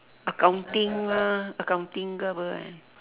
accounting ah accounting ke apa kan